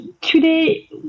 today